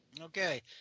Okay